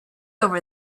over